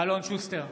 אלון שוסטר,